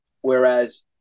whereas